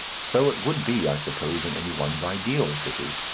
so it would be, i suppose, in any one's ideal city.